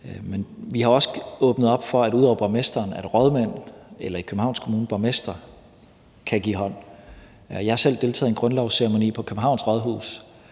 at ud over borgmesteren kan rådmænd, eller i Københavns Kommune borgmestre, give hånd. Jeg har selv deltaget i en grundlovsceremoni på Københavns Rådhus,